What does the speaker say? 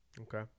Okay